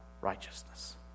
righteousness